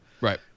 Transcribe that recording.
Right